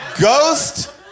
ghost